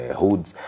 hoods